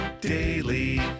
daily